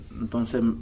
entonces